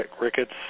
rickets